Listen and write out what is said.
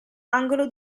angolo